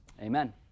Amen